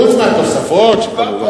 חוץ מהתוספות, כמובן.